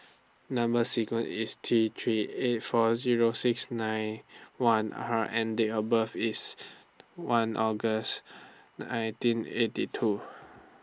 Number sequence IS T three eight four Zero six nine one R and Date of birth IS one August nineteen eighty two